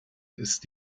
ist